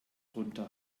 drunter